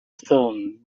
stone